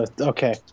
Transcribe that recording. Okay